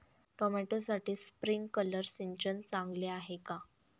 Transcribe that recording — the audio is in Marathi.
टोमॅटोसाठी स्प्रिंकलर सिंचन चांगले आहे का?